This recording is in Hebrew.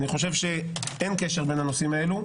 אני חושב שאין קשר בין הנושאים האלה,